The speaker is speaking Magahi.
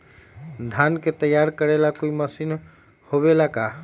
धान के तैयार करेला कोई मशीन होबेला का?